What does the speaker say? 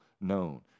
known